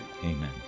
amen